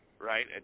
right